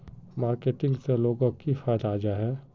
Marketing से लोगोक की फायदा जाहा?